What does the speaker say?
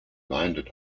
landed